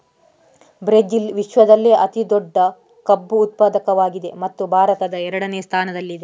Brazil ವಿಶ್ವದಲ್ಲೇ ಅತಿ ದೊಡ್ಡ ಕಬ್ಬು ಉತ್ಪಾದಕವಾಗಿದೆ ಮತ್ತು ಭಾರತ ಎರಡನೇ ಸ್ಥಾನದಲ್ಲಿದೆ